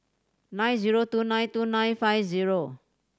nine zero two nine two nine five zero